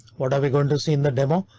what are we going to see in the demo?